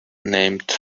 named